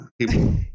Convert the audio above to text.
people